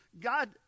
God